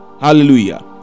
hallelujah